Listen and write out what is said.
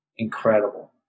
Incredible